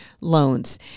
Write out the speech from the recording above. loans